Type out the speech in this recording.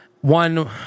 One